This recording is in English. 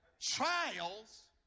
Trials